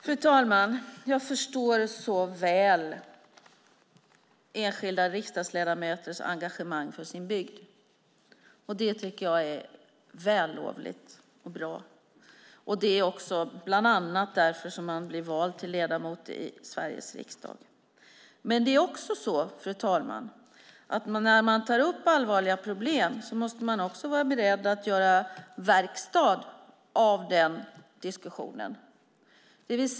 Fru talman! Jag förstår så väl enskilda riksdagsledamöters engagemang för sin bygd. Det tycker jag är vällovligt och bra. Det är också bland annat därför som man blir vald till ledamot av Sveriges riksdag. Men, fru talman, när man tar upp allvarliga problem måste man också vara beredd att göra verkstad av den diskussionen.